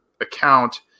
account